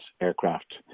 aircraft